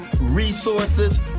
resources